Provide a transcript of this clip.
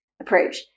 approach